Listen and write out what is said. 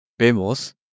Vemos